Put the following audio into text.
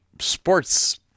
sports